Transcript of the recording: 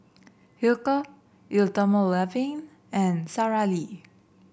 Hilker Eau Thermale Avene and Sara Lee